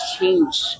change